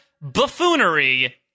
buffoonery